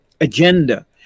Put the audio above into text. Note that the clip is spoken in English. agenda